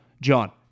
John